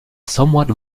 somewhat